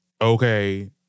Okay